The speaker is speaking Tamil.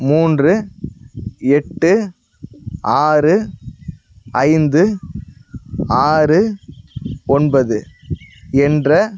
மூன்று எட்டு ஆறு ஐந்து ஆறு ஒன்பது என்ற